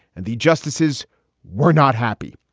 and the justices were not happy.